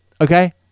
Okay